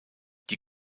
die